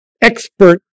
expert